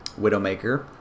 Widowmaker